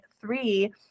three